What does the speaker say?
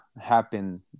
happen